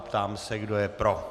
Ptám se, kdo je pro?